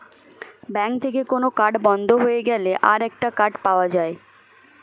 bank থেকে কোন card বন্ধ হয়ে গেলে আরেকটা কার্ড পাওয়া যায়